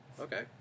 Okay